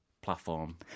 Platform